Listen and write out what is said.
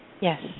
Yes